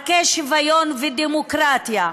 ערכי שוויון ודמוקרטיה.